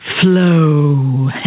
Flow